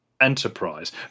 enterprise